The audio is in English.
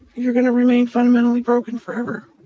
you're going to remain fundamentally broken forever